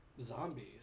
Zombies